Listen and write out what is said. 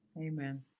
Amen